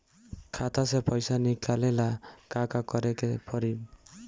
खाता से पैसा निकाले ला का का करे के पड़ी?